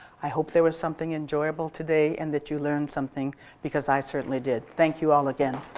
i hope there was something enjoyable today and that you learned something because i certainly did. thank you all again.